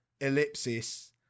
ellipsis